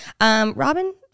Robin